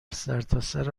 سرتاسر